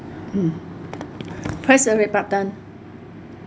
mm press the red button